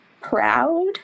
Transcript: proud